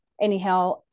Anyhow